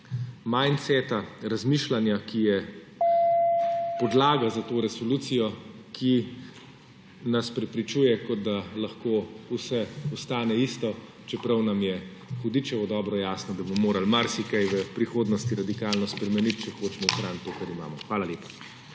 mindseta, razmišljanja, ki je podlaga za to resolucijo, ki nas prepričuje, kot da lahko vse ostane isto, čeprav nam je hudičevo dobro jasno, da bomo morali marsikaj v prihodnosti radikalno spremeniti, če hočemo ohraniti to, kar imamo. Hvala lepa.